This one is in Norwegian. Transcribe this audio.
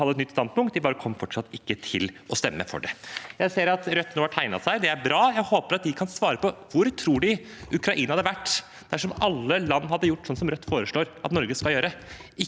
hadde et nytt standpunkt, de kom bare ikke til å stemme for det. Jeg ser at Rødt nå har tegnet seg. Det er bra. Jeg håper de kan svare på hvor de tror Ukraina hadde vært dersom alle land hadde gjort slik som Rødt foreslår at Norge skal gjøre,